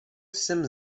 jsem